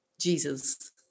Jesus